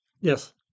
Yes